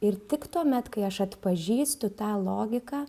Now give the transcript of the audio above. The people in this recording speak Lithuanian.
ir tik tuomet kai aš atpažįstu tą logiką